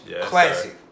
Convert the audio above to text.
Classic